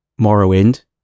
Morrowind